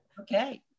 Okay